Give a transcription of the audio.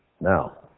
Now